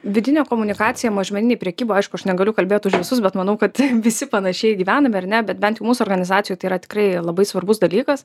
vidinė komunikacija mažmeninėj prekyboj aišku aš negaliu kalbėt už visus bet manau kad visi panašiai gyvename ar ne bet bent jau mūsų organizacijoj tai yra tikrai labai svarbus dalykas